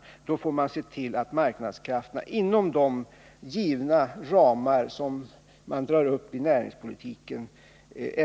Men då får man se till att marknadskrafterna får tillfälle att fritt verka inom de givna ramar som man drar upp för näringspolitiken.